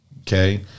Okay